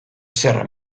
zerra